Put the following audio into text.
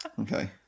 okay